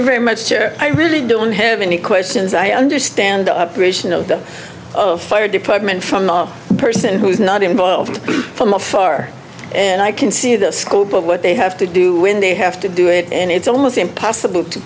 you very much i really don't have any questions i understand the upgrade the fire department from the person who's not involved from afar and i can see the scope of what they have to do when they have to do it and it's almost impossible to